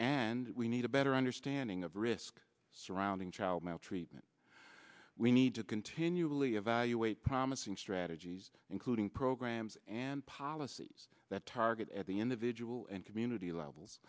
and we need a better understanding of risk surrounding child maltreatment we need to continually evaluate promising strategies including programs and policies that target at the individual and community levels